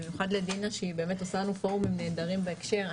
במיוחד לדינה שהיא באמת עושה לנו פורומים נהדרים בהקשר.